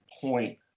point